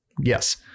yes